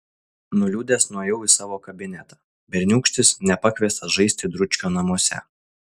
nuliūdęs nuėjau į savo kabinetą berniūkštis nepakviestas žaisti dručkio namuose